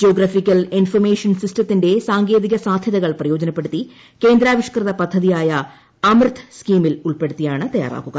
geographical information സിസ്റ്റത്തിന്റെ സാങ്കേതിക സാധ്യതകൾ പ്രയോജനപ്പെടുത്തി കേന്ദ്രാപ്പിഷ്കൃത പദ്ധതിയായ അമൃത് സ്കീമിൽ ഉൾപ്പെടുത്തിയാണ് ത്യൂർറ്റാക്കുക